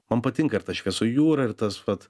man patinka ir ta šviesų jūra ir tas vat